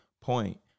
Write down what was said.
point